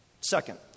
Second